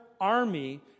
army